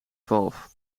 twaalf